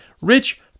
Rich